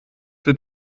der